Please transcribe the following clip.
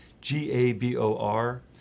G-A-B-O-R